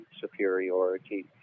superiority